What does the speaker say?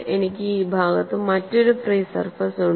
എനിക്ക് ഈ ഭാഗത്ത് മറ്റൊരു ഫ്രീ സർഫസ് ഉണ്ട്